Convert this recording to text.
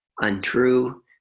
untrue